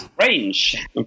strange